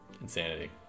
Insanity